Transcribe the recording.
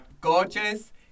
gorgeous